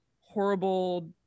horrible